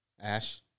Ash